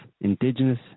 indigenous